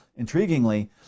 intriguingly